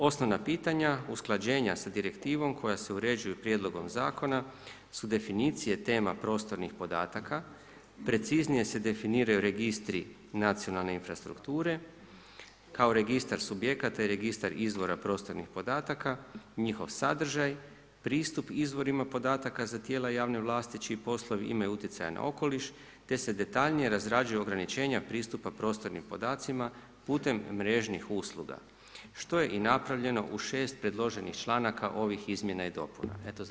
Osnovna pitanja usklađenja sa direktivom koja se uređuju prijedlogom zakona su definicije tema prostornih podataka, preciznije se definiraju registri nacionalne infrastrukture kao registar subjekata i registar izvora prostornih podataka, njihov sadržaj, pristup izvorima podataka za tijela javne vlasti čiji poslovi imaju utjecaja na okoliš te se detaljnije razrađuju ograničenja pristupa prostornim podacima putem mrežnih usluga što je i napravljeno u 6 predloženih članaka ovih izmjena i dopuna.